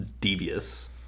devious